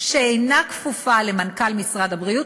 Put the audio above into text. שאינה כפופה למנכ"ל משרד הבריאות,